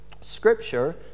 Scripture